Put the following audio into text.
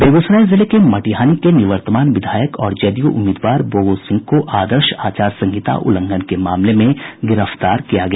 बेगूसराय जिले के मटिहानी के निवर्तमान विधायक और जदयू उम्मीदवार बोगो सिंह को आदर्श आचार संहिता उल्लंघन के मामले में गिरफ्तार किया गया